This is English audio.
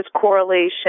correlation